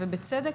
ובצדק,